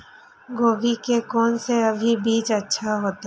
गोभी के कोन से अभी बीज अच्छा होते?